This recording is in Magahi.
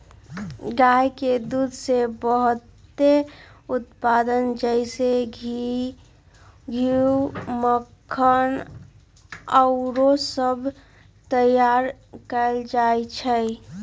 गाय के दूध से बहुते उत्पाद जइसे घीउ, मक्खन आउरो सभ तइयार कएल जाइ छइ